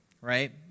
right